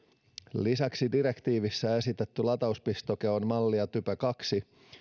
lisäksi direktiivissä esitetty latauspistoke on mallia type kaksi